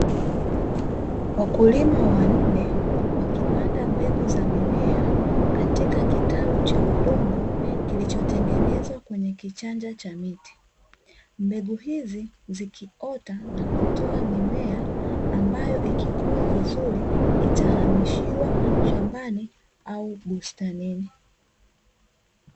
Wakulima wanne, wakipanda mbegu za mimea katika kitalu cha udongo kilichotengenezwa kwenye kichanja cha miti. Mbegu hizi zikiota na kutoa mimea ambayo ikikuwa vizuri itahamishiwa shambani au bustanini.